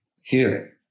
hearing